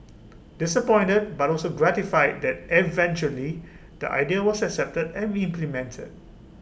disappointed but also gratified that eventually the idea was accepted and implemented